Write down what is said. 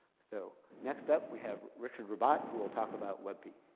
so next up, we have richard rabbat who will talk about webp. yeah